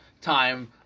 time